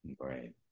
right